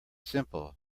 simple